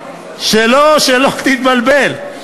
שלא תתבלבל.